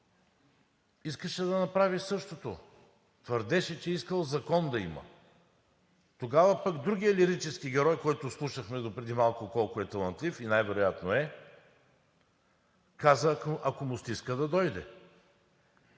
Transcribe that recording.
искаше да направи същото – твърдеше, че е искал закон да има. Тогава пък другият лирически герой, който слушахме допреди малко колко е талантлив – и най-вероятно е, каза: ако му стиска да дойде.